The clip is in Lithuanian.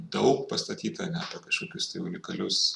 daug pastatyta ne kažkokius tai unikalius